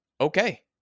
okay